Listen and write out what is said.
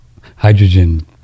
hydrogen